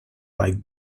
like